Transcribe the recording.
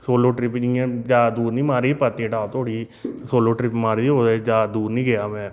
solo trip बी जियां ज्यादा दूर नी मारी पत्नीटॉप धोड़ी सोलो ट्रिप मारी दी ओह्दे च ज्यादा दूर नी गेआ में